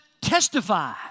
testify